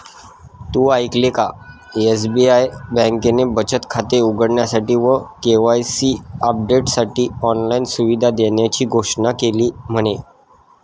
तु ऐकल का? एस.बी.आई बँकेने बचत खाते उघडण्यासाठी व के.वाई.सी अपडेटसाठी ऑनलाइन सुविधा देण्याची घोषणा केली म्हने